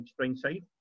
Springside